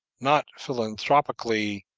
not philanthropically,